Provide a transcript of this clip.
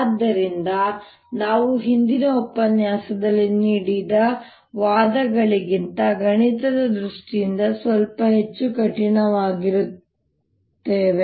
ಆದ್ದರಿಂದ ನಾವು ಹಿಂದಿನ ಉಪನ್ಯಾಸದಲ್ಲಿ ನೀಡಿದ ವಾದಗಳಿಗಿಂತ ಗಣಿತದ ದೃಷ್ಟಿಯಿಂದ ಸ್ವಲ್ಪ ಹೆಚ್ಚು ಕಠಿಣವಾಗಿರುತ್ತೇವೆ